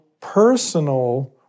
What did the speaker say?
personal